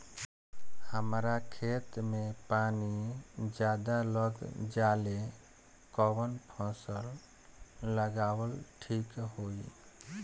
हमरा खेत में पानी ज्यादा लग जाले कवन फसल लगावल ठीक होई?